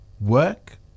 work